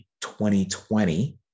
2020